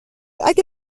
اگه